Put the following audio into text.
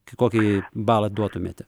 kokį balą duotumėte